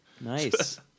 Nice